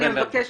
אני מבקשת,